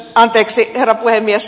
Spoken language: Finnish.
anteeksi herra puhemies